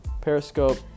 Periscope